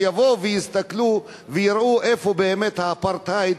שיבואו ויסתכלו ויראו איפה באמת האפרטהייד,